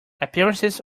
appearances